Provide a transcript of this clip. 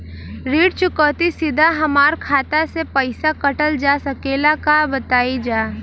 ऋण चुकौती सीधा हमार खाता से पैसा कटल जा सकेला का बताई जा?